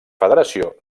federació